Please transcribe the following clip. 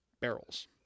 barrels